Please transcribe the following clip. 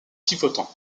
pivotant